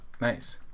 Nice